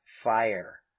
fire